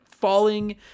falling